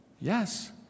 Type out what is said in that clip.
Yes